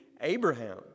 Abraham